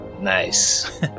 Nice